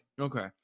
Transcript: okay